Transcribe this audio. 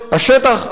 אגב,